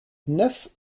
neuf